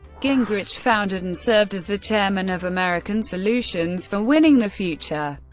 gingrich founded and served as the chairman of american solutions for winning the future,